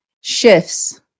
shifts